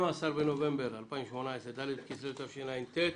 ה-12 בנובמבר 2018. ד' בכסלו התשע"ט.